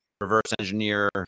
reverse-engineer